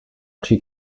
při